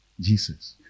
Jesus